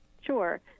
sure